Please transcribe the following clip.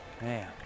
man